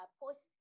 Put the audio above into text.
post